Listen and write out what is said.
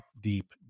deep